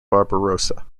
barbarossa